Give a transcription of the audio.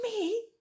Me